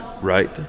Right